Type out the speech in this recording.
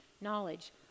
knowledge